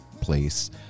place